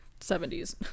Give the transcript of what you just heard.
70s